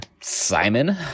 Simon